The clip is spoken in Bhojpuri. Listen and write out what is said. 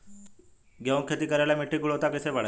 गेहूं के खेती करेला मिट्टी के गुणवत्ता कैसे बढ़ाई?